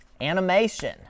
animation